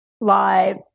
live